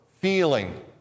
feeling